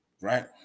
Right